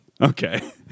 Okay